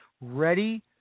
ready